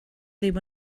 ddim